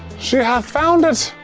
she hath found it.